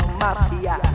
mafia